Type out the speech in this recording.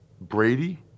Brady